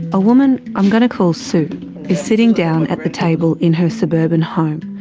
a woman i'm going to call sue is sitting down at the table in her suburban home,